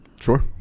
Sure